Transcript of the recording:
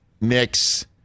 Knicks